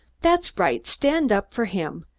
that's right, stand up for him!